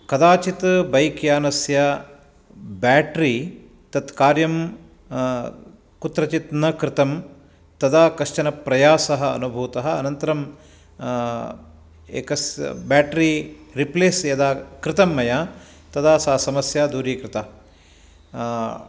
कदाचित् बैक्यानस्य बेट्रि तत्कार्यं कुत्रचित् न कृतं तदा कश्चन प्रयासः अनुभूतः अनन्तरं एकस् बेट्रि रीप्लेस् यदा कृतं मया तदा सा समस्या दूरीकृता